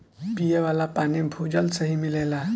पिये वाला पानी भूजल से ही मिलेला